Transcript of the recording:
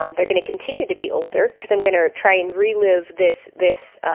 um they're gonna continue to be older because i'm gonna try and relive this this